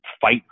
fight